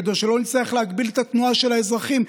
כדי שלא נצטרך להגביל את התנועה של האזרחים,